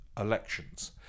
elections